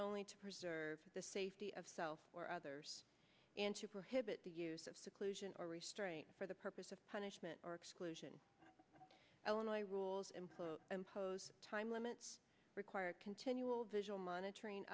only to preserve the safety of self or others and to prohibit the use of seclusion or restraint for the purpose of punishment or exclusion illinois rules and impose time limits require continual visual monitoring